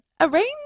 arrange